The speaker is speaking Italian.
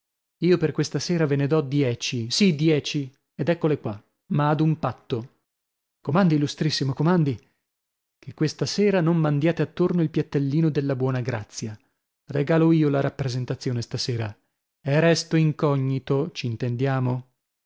io per questa sera ve ne dò dieci sì dieci ed eccole qua ma ad un patto comandi illustrissimo comandi che questa sera non mandiate attorno il piattellino della buona grazia regalo io la rappresentazione stasera e resto incognito c'intendiamo